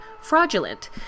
fraudulent